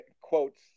quotes